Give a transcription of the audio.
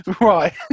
Right